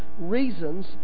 reasons